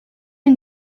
une